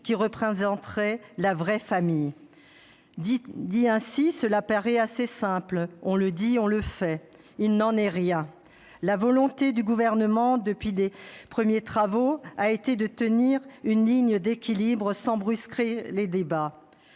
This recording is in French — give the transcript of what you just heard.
qui représenterait la « vraie » famille. Dit ainsi, cela paraît assez simple :« On le dit. On le fait. » Il n'en est rien. La volonté du Gouvernement depuis le début des travaux a été de tenir une ligne d'équilibre, sans brusquer les débats.